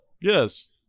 Yes